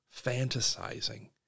fantasizing